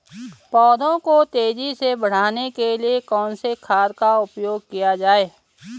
पौधों को तेजी से बढ़ाने के लिए कौन से खाद का उपयोग किया जाए?